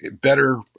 better